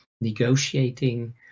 negotiating